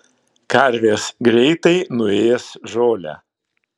karvės greitai nuės žolę